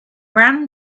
ran